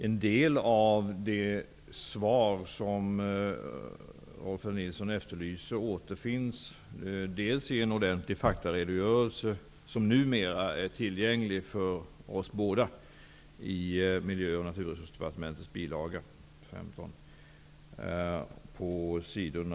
En del av det svar som Rolf L Nilson efterlyser återfinns i en ordentlig faktaredogörelse som numera är tillgänglig för oss båda, i Miljö och naturresursdepartementets bilaga till budgetpropositionen.